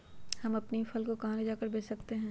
हम अपनी फसल को कहां ले जाकर बेच सकते हैं?